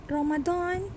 Ramadan